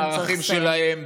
בערכים שלהם,